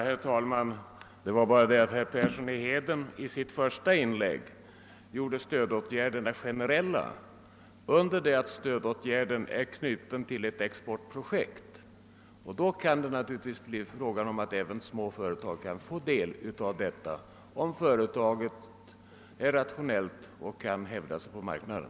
Herr talman! I sitt första inlägg gjorde herr Persson i Heden stödåtgärderna generella under det att de i verkligheten är avsedda att vara knutna till exportprojekt. Därvid kan det naturligtvis bli fråga om att också småföretag kan få del därav, om de är rationella och kan hävda sig på marknaden.